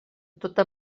tota